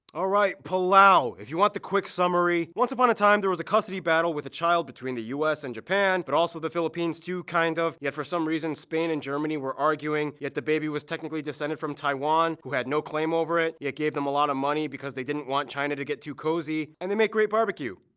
all right palau. if you want the quick summary once upon a time, there was a custody battle with a child between the us and japan. but also the philippines too kind of. and yeah for some reasons, spain and germany were arguing. and the baby was technically descended from taiwan who had no claim over it. it gave them a lot of money because they didn't want china to get too cozy. and they make great barbecue.